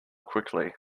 quickly